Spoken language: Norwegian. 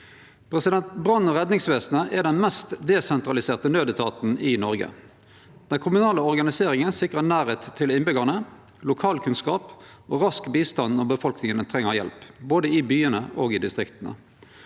Brann- og redningsvesenet er den mest desentraliserte naudetaten i Noreg. Den kommunale organiseringa sikrar nærleik til innbyggjarane, lokalkunnskap og rask bistand når befolkninga treng hjelp, både i byane og i distrikta.